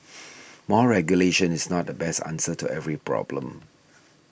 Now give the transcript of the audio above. more regulation is not the best answer to every problem